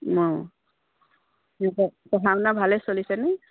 অঁ সিহঁতৰ পঢ়া শুনা ভালে চলিছেনে